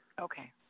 okay